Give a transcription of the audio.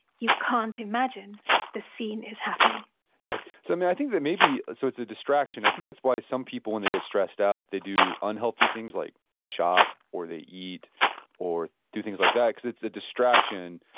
you can't imagine the scene is happening good. so i mean, i think that maybe, so it's a distraction, i think that's why some people when they get stressed out, they do unhealthy things like they shop or they eat or do things like that because it's a distraction.